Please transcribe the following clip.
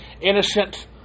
innocent